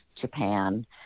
Japan